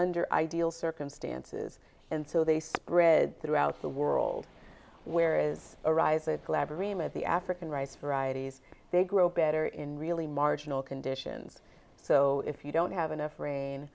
under ideal circumstances and so they spread throughout the world where is arises lab rema the african rice varieties they grow better in really marginal conditions so if you don't have enough rain